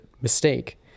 mistake